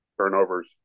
turnovers